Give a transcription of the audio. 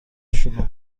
شونو